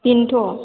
बेनोथ'